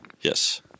Yes